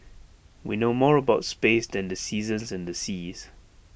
we know more about space than the seasons and the seas